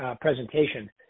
presentation